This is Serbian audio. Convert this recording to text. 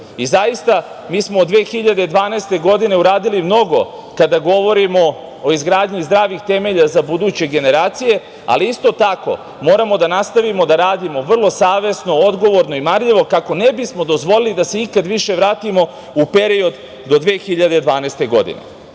mi smo od 2012. godine, uradili mnogo kada govorimo o izgradnji zdravih temelja, za buduće generacija, ali isto tako moramo da nastavimo da radimo vrlo savesno, odgovorno i marljivo, kako ne bismo dozvolili da se ikad više vratimo u period do 2012. godine. Ovim